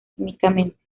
químicamente